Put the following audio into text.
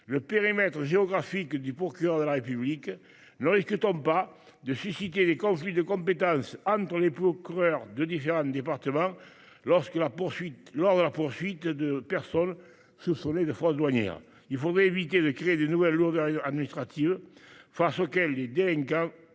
le périmètre géographique du procureur de la République : ne risque t on pas de susciter des conflits de compétence entre les procureurs de différents départements lors de la poursuite de personnes soupçonnées de fraude douanière ? Il faudrait éviter de créer de nouvelles lourdeurs administratives face auxquelles les délinquants